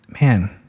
man